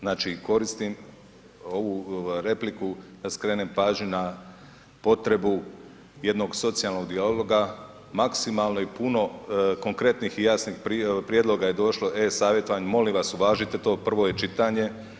Znači, koristim ovu repliku da skrenem pažnju na potrebu jednog socijalnog dijaloga, maksimalno i puno konkretnih i jasnih prijedloga je došlo e-savjetovanjem, molim vas uvažite to, prvo je čitanje.